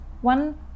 one